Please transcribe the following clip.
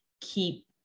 keep